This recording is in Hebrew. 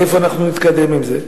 לאיפה אנחנו נתקדם עם זה.